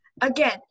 Again